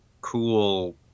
cool